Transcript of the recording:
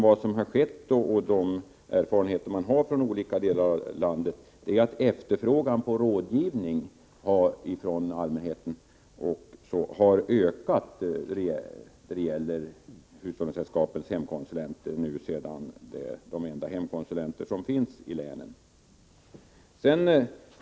Vad som har skett — det är erfarenheter från olika delar av landet — är att efterfrågan på rådgivning från allmänheten har ökat hos hushållningssällskapen när det inte finns hemkonsulenter någon annanstans i länen.